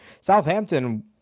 Southampton